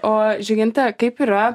o žyginte kaip yra